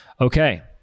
Okay